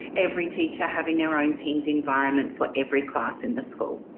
every teacher having their own teams environment for every class in the school.